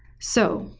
so,